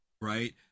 Right